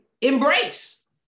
embrace